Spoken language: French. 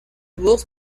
bourse